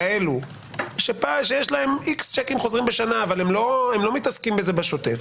כאלה שיש להם איקס צ'קים חוזרים בשנה אבל הם לא מתעסקים בזה בשוטף